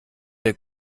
der